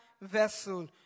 vessel